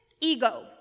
ego